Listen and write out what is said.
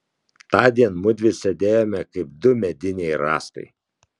tądien mudvi sėdėjome kaip du mediniai rąstai